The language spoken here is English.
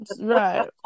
Right